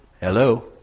Hello